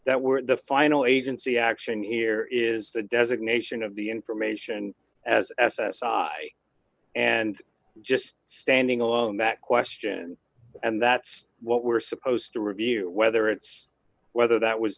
that were the final agency action here is the designation of the information as s s i and just standing alone that question and that's what we're supposed to review whether it's whether that was